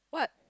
what